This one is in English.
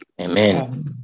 Amen